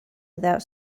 without